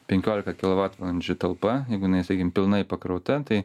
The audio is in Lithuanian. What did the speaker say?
penkiolika kilovatvalanžių talpa jeigu jinai sakykim pilnai pakrauta tai